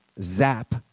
zap